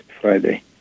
Friday